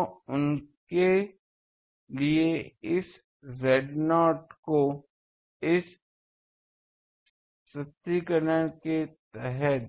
तो उनके लिए इस Z0 को इस सन्निकटन के तहत